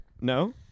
No